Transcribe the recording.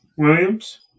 Williams